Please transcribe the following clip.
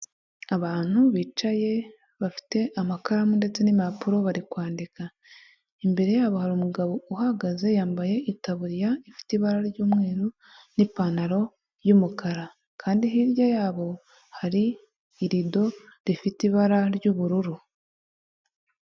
Abantu bicaye bafite amakaramu ndetse n'impapuro bari kwandika. Imbere yabo hari umugabo uhagaze yambaye itaburiya ifite ibara ry'umweru n'ipantaro y'umukara kandi hirya yabo hari irido rifite ibara ry'ubururu.